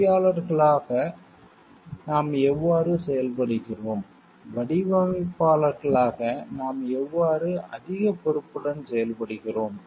பொறியாளர்களாக நாம் எவ்வாறு செயல்படுகிறோம் வடிவமைப்பாளர்களாக நாம் எவ்வாறு அதிக பொறுப்புடன் செயல்படுகிறோம்